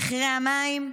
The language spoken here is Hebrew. מחירי המים,